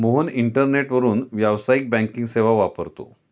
मोहन इंटरनेटवरून व्यावसायिक बँकिंग सेवा वापरतो